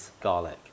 garlic